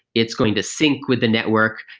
it's going to sync with the network,